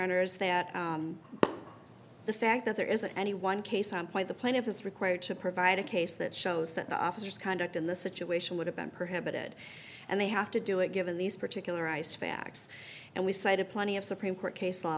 honour's that the fact that there isn't any one case why the plaintiff is required to provide a case that shows that the officers conduct in this situation would have been prohibited and they have to do it given these particular ice facts and we cited plenty of supreme court case law